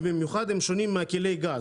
ובמיוחד הם שונים מכלי הגז.